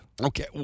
Okay